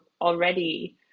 already